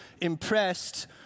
impressed